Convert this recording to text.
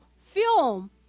film